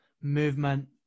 movement